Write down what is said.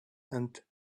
and